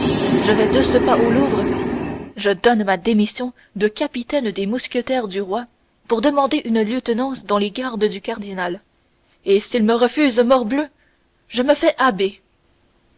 je vais de ce pas au louvre je donne ma démission de capitaine des mousquetaires du roi pour demander une lieutenance dans les gardes du cardinal et s'il me refuse morbleu je me fais